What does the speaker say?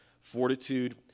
fortitude